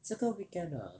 这个 weekend ah